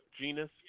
Genus